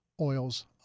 oils